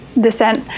descent